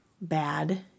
bad